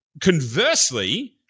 Conversely